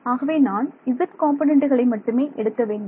ஆகவே நான் z காம்பொனன்டுகளை மட்டுமே எடுக்க வேண்டும்